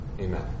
Amen